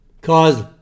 cause